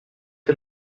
est